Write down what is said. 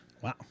Wow